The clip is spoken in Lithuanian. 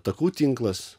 takų tinklas